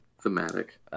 Thematic